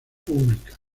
pública